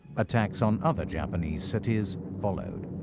attacks on other japanese cities followed.